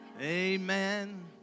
Amen